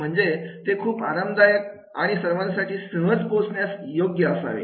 म्हणजे ते खूप आरामदायक आणि सर्वांसाठी सहज पोहोचण्यास योग्य असावे